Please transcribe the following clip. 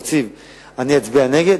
אני אצביע נגד.